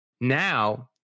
Now